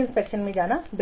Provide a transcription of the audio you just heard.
निरीक्षण के लिए जाना बेहतर है